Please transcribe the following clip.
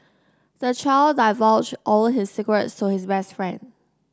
the child divulged all his secrets to his best friend